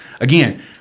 again